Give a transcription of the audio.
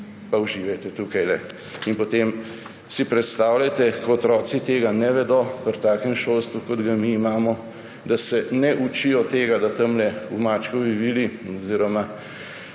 Pa uživajte tukajle. In potem si predstavljajte, ko otroci tega ne vedo pri takem šolstvu, kot ga mi imamo, da se ne učijo tega, da tamle v Mačkovi vili oziroma